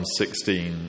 16